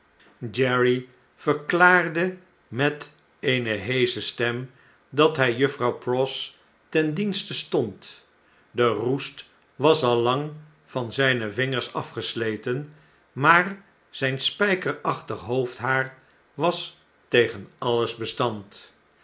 jerry verklaarde met eene heesche stem dat hij juffrouw pross ten dienste stond de roest was al lang van zjjne vingers afgesleten maar zyn spijkerachtig hoofdhaar was tegen alles bestand